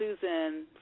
Susan